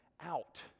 out